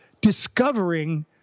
discovering